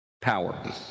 Power